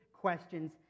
Questions